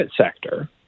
sector